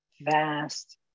vast